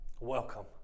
Welcome